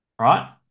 Right